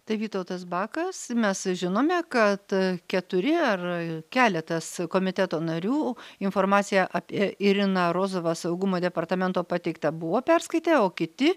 tai vytautas bakas mes žinome kad keturi ar keletas komiteto narių informaciją apie iriną rozovą saugumo departamento pateiktą buvo perskaitę o kiti